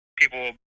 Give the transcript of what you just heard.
people